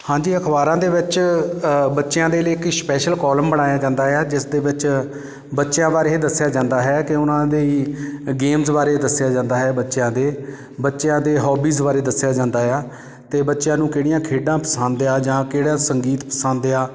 ਹਾਂਜੀ ਅਖ਼ਬਾਰਾਂ ਦੇ ਵਿੱਚ ਬੱਚਿਆਂ ਦੇ ਲਈ ਇੱਕ ਸਪੈਸ਼ਲ ਕੋਲਮ ਬਣਾਇਆ ਜਾਂਦਾ ਹੈ ਜਿਸ ਦੇ ਵਿੱਚ ਬੱਚਿਆਂ ਬਾਰੇ ਇਹ ਦੱਸਿਆ ਜਾਂਦਾ ਹੈ ਕਿ ਉਹਨਾਂ ਦੀ ਗੇਮਜ਼ ਬਾਰੇ ਦੱਸਿਆ ਜਾਂਦਾ ਹੈ ਬੱਚਿਆਂ ਦੇ ਬੱਚਿਆਂ ਦੇ ਹੋਬੀਜ਼ ਬਾਰੇ ਦੱਸਿਆ ਜਾਂਦਾ ਹੈ ਅਤੇ ਬੱਚਿਆਂ ਨੂੰ ਕਿਹੜੀਆਂ ਖੇਡਾਂ ਪਸੰਦ ਹੈ ਜਾਂ ਕਿਹੜਾ ਸੰਗੀਤ ਪਸੰਦ ਹੈ